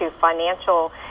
financial